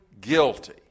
guilty